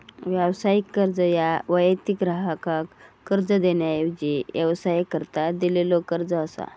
व्यावसायिक कर्ज ह्या वैयक्तिक ग्राहकाक कर्ज देण्याऐवजी व्यवसायाकरता दिलेलो कर्ज असा